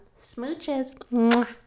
Smooches